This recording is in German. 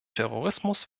terrorismus